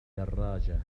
الدراجة